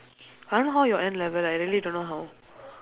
I don't know how your N level eh I really don't know how